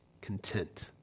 content